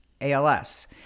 ALS